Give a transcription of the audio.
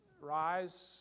rise